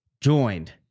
joined